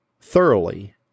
thoroughly